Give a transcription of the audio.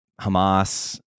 Hamas